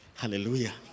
Hallelujah